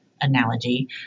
analogy